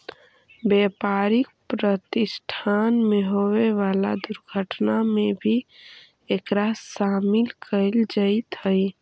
व्यापारिक प्रतिष्ठान में होवे वाला दुर्घटना में भी एकरा शामिल कईल जईत हई